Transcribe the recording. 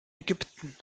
ägypten